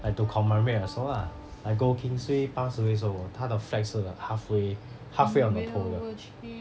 like to commemorate also lah like goh keng swee pass away 的时候他的 flag 是 halfway halfway on the pole 的